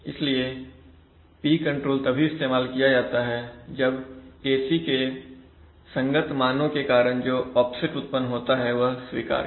इसलिए P control तभी इस्तेमाल किया जा सकता है जब Kc के संगत मानों के कारण जो ऑफसेट उत्पन्न होता है वह स्वीकार्य हो